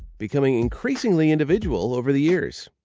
becoming increasingly individual over the years.